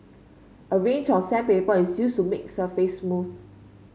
a range of sandpaper is used to make surface smooth